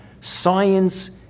science